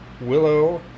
Willow